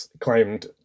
claimed